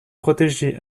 protéger